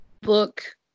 book